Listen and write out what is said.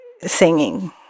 singing